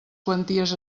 quanties